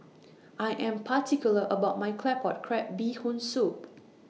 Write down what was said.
I Am particular about My Claypot Crab Bee Hoon Soup